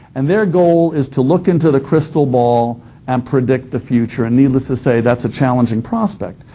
and their goal is to look into the crystal ball and predict the future, and needless to say, that's a challenging prospect.